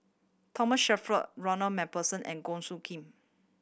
Thomas Shelford Ronald Macpherson and Goh Soo Khim